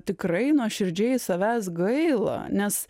tikrai nuoširdžiai savęs gaila nes